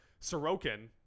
Sorokin